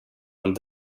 and